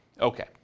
Okay